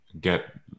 get